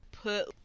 put